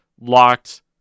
locked